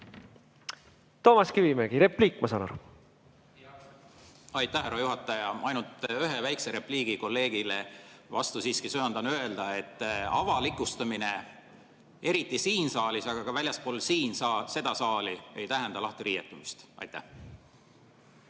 Toomas Kivimägi, repliik, ma saan aru. Aitäh, härra juhataja! Ainult ühe väikese repliigi kolleegile vastu siiski söandan öelda. Avalikustamine, eriti siin saalis, aga ka väljaspool seda saali, ei tähenda lahtiriietumist. Aitäh,